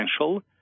potential